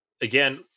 again